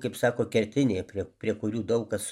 kaip sako kertiniai prie kurių daug kas